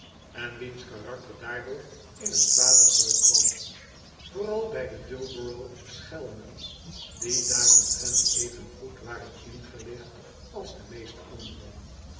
en wiens karakter daardoor in een kwaden reuk kwam vooral bij de dullborough schelmen die daaromtrent evengoed waren ingelicht als de meeste anderen